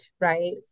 right